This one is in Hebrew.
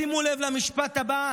שימו לב למשפט הבא,